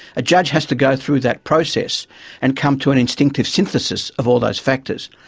a judge has to go through that process and come to an instinctive synthesis of all those factors.